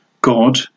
God